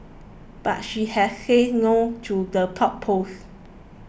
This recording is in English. but she has said no to the top post